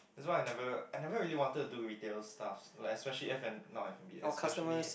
that's why I never I never really wanted to do retailer stuffs like especially F and not F and B especially